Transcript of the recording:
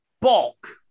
bulk